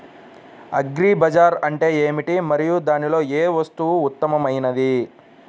Agri bazaar అంటే ఏమిటి మరియు దానిలో ఏ వస్తువు ఉత్తమమైనది?